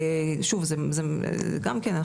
גם כן,